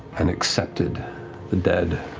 and accepted the dead